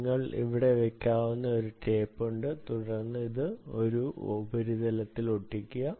നിങ്ങൾക്ക് ഇവിടെ വയ്ക്കാവുന്ന ഒരു ടേപ്പ് ഉണ്ട് തുടർന്ന് ഇവിടെ ഈ ഉപരിതലത്തിൽ ഒട്ടിക്കുക